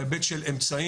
בהיבט של אמצעים,